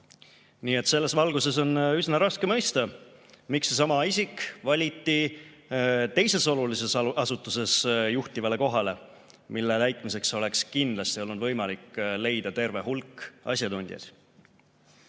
Nii et selles valguses on üsna raske mõista, miks seesama isik valiti teises olulises asutuses juhtivale kohale, mille täitmiseks oleks kindlasti olnud võimalik leida terve hulk asjatundjaid.